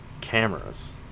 cameras